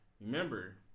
remember